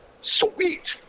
Sweet